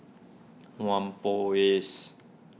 Whampoa East